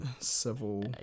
civil